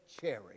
cherry